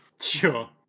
Sure